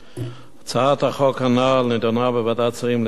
הצעת החוק הנ"ל נדונה בוועדת השרים לענייני חקיקה